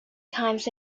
times